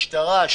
משטרה,